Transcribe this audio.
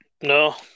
No